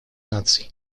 наций